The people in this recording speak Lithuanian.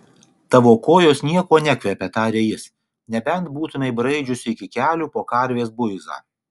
tavo kojos niekuo nekvepia tarė jis nebent būtumei braidžiusi iki kelių po karvės buizą